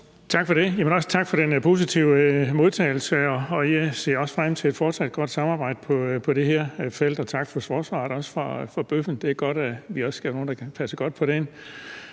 Tak for det. Tak for den positive modtagelse, og jeg ser også frem til et fortsat godt samarbejde på det her felt. Og tak også for forsvaret af bøffen; det er godt, at vi også er nogle, der kan passe godt på den.